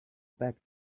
back